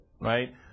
right